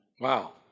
Wow